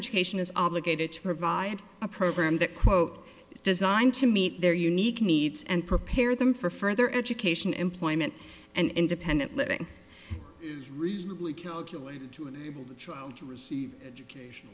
education is obligated to provide a program that quote designed to meet their unique needs and prepare them for further education employment and independent living reasonably